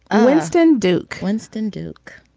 ah winston duke winston duke.